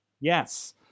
Yes